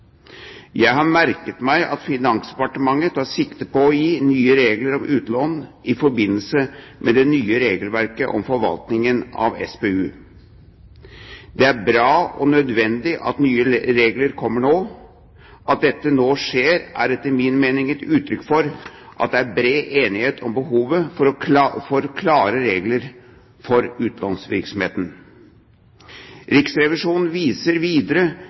Jeg har merket meg at Finansdepartementet tar sikte på å gi nye regler om utlån i forbindelse med det nye regelverket om forvaltningen av SPU. Det er bra og nødvendig at nye regler kommer nå. At dette nå skjer, er etter min mening et uttrykk for at det er bred enighet om behovet for klare regler for utlånsvirksomheten. Riksrevisjonen viser videre